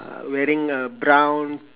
uh wearing a brown